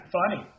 funny